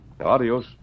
Adios